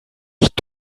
nicht